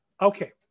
Okay